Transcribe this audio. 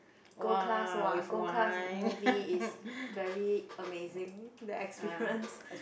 Gold Class !wah! Gold Class movie is very amazing the experience